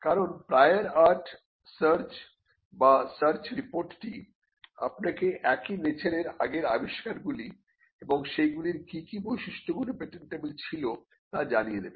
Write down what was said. কারণ prior art search বা search রিপোর্টটি আপনাকে একই নেচারের আগের আবিষ্কারগুলি এবং সেইগুলির কি কি বৈশিষ্ট্যগুলি পেটেন্টবল ছিল তা জানিয়ে দেবে